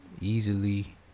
Easily